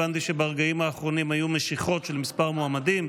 הבנתי שברגעים האחרונים היו משיכות של כמה מועמדים.